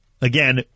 Again